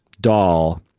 doll